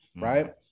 right